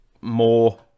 more